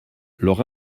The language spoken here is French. leur